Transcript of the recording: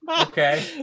Okay